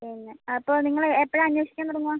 പിന്നെ അപ്പോൾ നിങ്ങൾ എപ്പോഴാണ് അന്വേഷിക്കാൻ തുടങ്ങുക